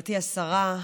גברתי השרה,